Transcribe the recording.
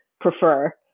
prefer